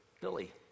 Billy